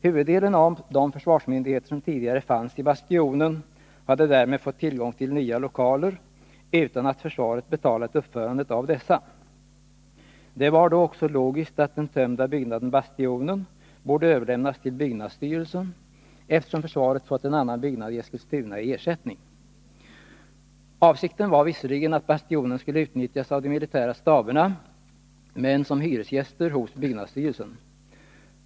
Huvuddelen av de försvarsmyndigheter som tidigare fanns i Bastionen hade därmed fått tillgång till nya lokaler, utan att försvaret betalat uppförandet av dessa. Det var då också logiskt att den tömda byggnaden Bastionen borde överlämnas till byggnadsstyrelsen, eftersom försvaret fått en annan byggnad i Eskilstuna i ersättning. Avsikten var visserligen att Bastionen skulle utnyttjas av de militära staberna, men som hyresgäster hos byggnadsstyrelsen.